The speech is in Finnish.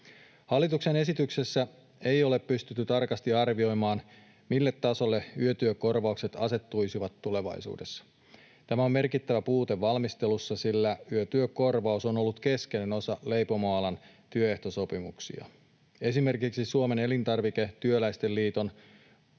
Hallituksen esityksessä ei ole pystytty tarkasti arvioimaan, mille tasolle yötyökorvaukset asettuisivat tulevaisuudessa. Tämä on merkittävä puute valmistelussa, sillä yötyökorvaus on ollut keskeinen osa leipomoalan työehtosopimuksia. Esimerkiksi Suomen Elintarviketyöläisten Liiton